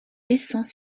dessins